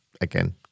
again